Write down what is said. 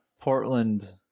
Portland